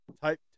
type